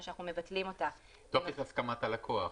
שאנחנו מבטלים אותו --- טופס הסכמת הלקוח.